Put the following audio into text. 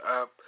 up